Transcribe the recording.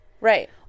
Right